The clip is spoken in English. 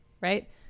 right